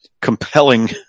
compelling